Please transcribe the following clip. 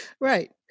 right